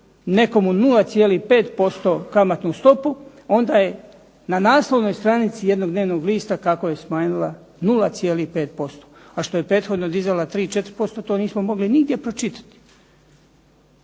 nekomu 0,5% kamatnu stopu onda je na naslovnoj stranici jednog dnevnog lista kako je smanjila 0,5%, a što je prethodno dizala 3, 4% to nismo mogli nigdje pročitati.